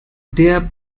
der